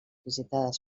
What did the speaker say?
visitades